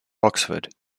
oxford